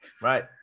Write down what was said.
Right